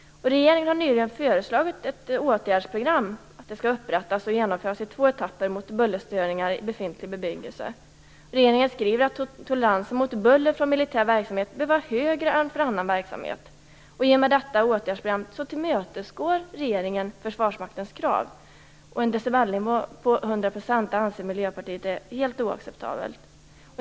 Regeringen har nyligen föreslagit att ett åtgärdsprogram mot bullerstörningar i befintlig bebyggelse skall upprättas och genomföras i två etapper. Regeringen skriver att toleransen mot buller från militär verksamhet bör vara högre än för annan verksamhet. I och med detta åtgärdsprogram tillmötesgår regeringen Försvarsmaktens krav. Miljöpartiet anser att en decibelnivå på 100 % är helt oacceptabel.